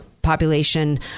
population